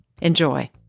Enjoy